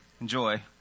Enjoy